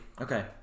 Okay